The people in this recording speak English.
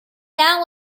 down